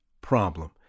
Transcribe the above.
problem